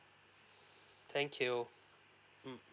thank you mm